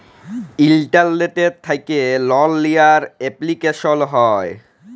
ইলটারলেট্ থ্যাকে লল লিয়ার এপলিকেশল হ্যয়